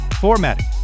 formatting